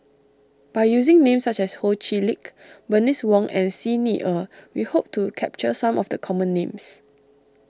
by using names such as Ho Chee Lick Bernice Wong and Xi Ni Er we hope to capture some of the common names